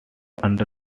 under